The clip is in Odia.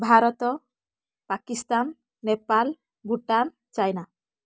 ଭାରତ ପାକିସ୍ତାନ ନେପାଳ ଭୁଟାନ ଚାଇନା